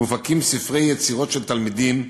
מופקים ספרי יצירות של תלמידים,